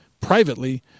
privately